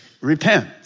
repent